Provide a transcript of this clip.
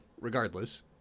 Regardless